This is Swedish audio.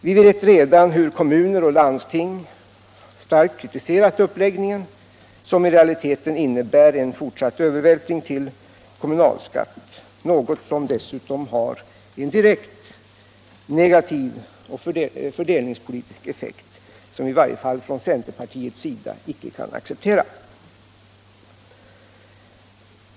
Vi vet redan att kommuner och landsting starkt kritiserat uppläggningen, som i realiteten innebär en fortsatt övervältring på kommunalskatten, något som dessutom har en direkt negativ fördelningspolitisk effekt, som i varje fall centern icke kan acceptera.